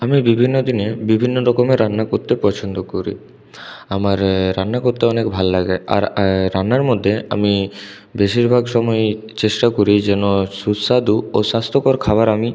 আমি বিভিন্ন দিনে বিভিন্ন রকমের রান্না করতে পছন্দ করি আমার রান্না করতে অনেক ভালো লাগে আর রান্নার মধ্যে আমি বেশিরভাগ সময়ই চেষ্টা করি যেন সুস্বাদু ও স্বাস্থ্যকর খাবার আমি